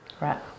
right